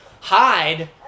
hide